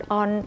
on